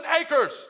acres